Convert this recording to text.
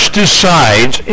decides